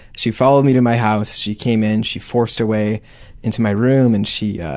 she followed me to my house. she came in, she forced her way into my room and she yeah